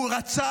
והוא רצה